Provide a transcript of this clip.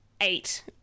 eight